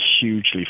hugely